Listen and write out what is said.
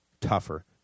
tougher